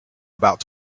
about